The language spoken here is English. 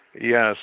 Yes